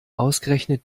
ausgerechnet